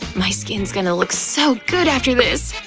my skin's gonna look so good after this!